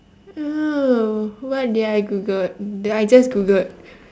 ah what did I googled that I just googled